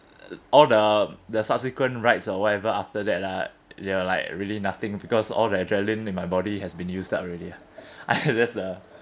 all the the subsequent rides or whatever after that like you know like really nothing because all the adrenaline in my body has been used up already ah I think that's the